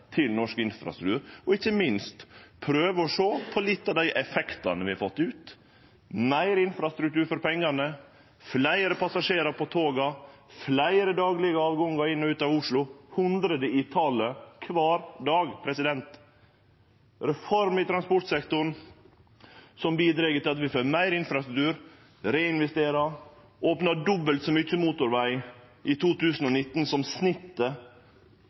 norsk infrastruktur, og ikkje minst prøve å sjå litt av dei effektane vi har fått – meir infrastruktur for pengane, fleire passasjerar på toga, fleire daglege avgangar inn og ut av Oslo, hundre i talet kvar dag, reform i transportsektoren, som bidreg til at vi får meir infrastruktur, reinvesterer, opnar dobbelt så mykje motorveg i 2019 som snittet